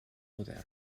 modern